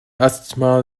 asthma